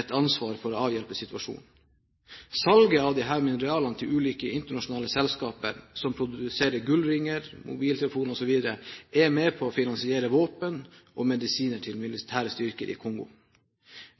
et ansvar for å avhjelpe situasjonen. Salget av disse mineralene til ulike internasjonale selskaper som produserer gullringer, mobiltelefoner osv., er med på å finansiere våpen og medisiner til militære styrker i Kongo,